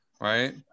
Right